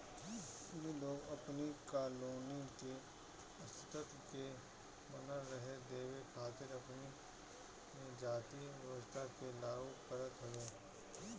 इ लोग अपनी कॉलोनी के अस्तित्व के बनल रहे देवे खातिर अपनी में जाति व्यवस्था के लागू करत हवे